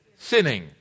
sinning